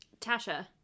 Tasha